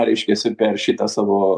reiškiasi per šitą savo